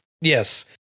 Yes